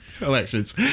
elections